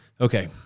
Okay